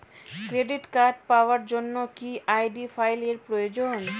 Credit card পাওয়ার জন্য কি আই.ডি ফাইল এর প্রয়োজন?